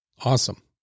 Awesome